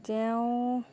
তেওঁ